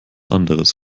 anderes